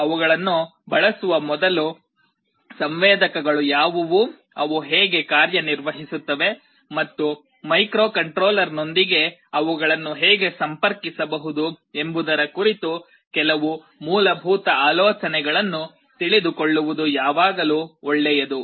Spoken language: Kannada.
ಅವುಗಳನ್ನು ಬಳಸುವ ಮೊದಲು ಸಂವೇದಕಗಳು ಯಾವುವು ಅವು ಹೇಗೆ ಕಾರ್ಯನಿರ್ವಹಿಸುತ್ತವೆ ಮತ್ತು ಮೈಕ್ರೊಕಂಟ್ರೋಲರ್ನೊಂದಿಗೆ ಅವುಗಳನ್ನು ಹೇಗೆ ಸಂಪರ್ಕಿಸಬಹುದು ಎಂಬುದರ ಕುರಿತು ಕೆಲವು ಮೂಲಭೂತ ಆಲೋಚನೆಗಳನ್ನು ತಿಳಿದುಕೊಳ್ಳುವುದು ಯಾವಾಗಲೂ ಒಳ್ಳೆಯದು